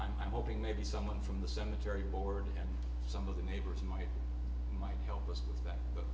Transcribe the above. i'm hoping maybe someone from the cemetery board and some of the neighbors might might help with that but